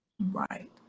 Right